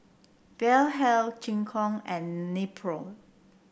Vitahealth Gingko and Nepro